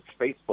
Facebook